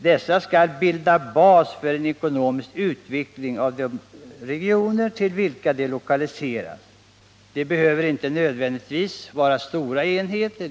Dessa skall bilda en bas för ekonomisk utveckling av de regioner till vilka de lokaliseras. De behöver inte nödvändigtvis alltid vara stora enheter.